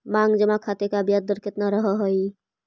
मांग जमा खाते का ब्याज दर केतना रहअ हई